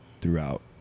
throughout